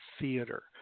theater